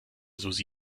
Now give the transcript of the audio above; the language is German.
susi